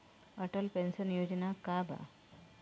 Atal pension Yojana का बा?